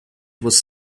was